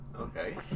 Okay